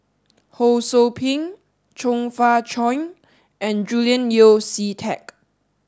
Ho Sou Ping Chong Fah Cheong and Julian Yeo See Teck